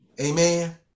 Amen